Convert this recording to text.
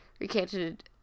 recanted